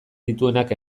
dituenak